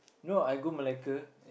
no I go Malacca